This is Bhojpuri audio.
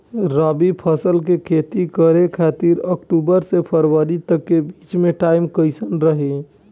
रबी फसल के खेती करे खातिर अक्तूबर से फरवरी तक के बीच मे टाइम कैसन रही?